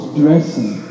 dressing